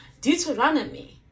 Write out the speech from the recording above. deuteronomy